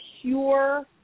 pure